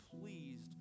pleased